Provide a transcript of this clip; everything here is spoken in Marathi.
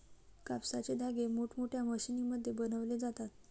कापसाचे धागे मोठमोठ्या मशीनमध्ये बनवले जातात